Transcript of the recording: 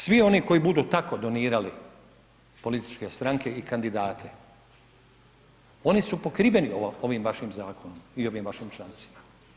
Svi oni koji budu tako donirali političke stranke i kandidate oni su pokriveni ovim vašim zakonom i ovim vašim člancima.